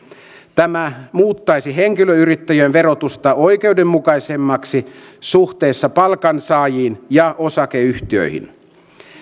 tämä muuttaisi henkilöyrittäjien verotusta oikeudenmukaisemmaksi suhteessa palkansaajiin ja osakeyhtiöihin